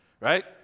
right